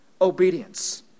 obedience